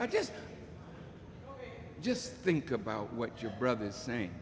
just just think about what your brother's name